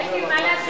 (תיקון מס' 71),